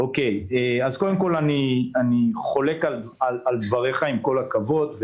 קודם כול, אני חולק על דבריך, עם כל הכבוד.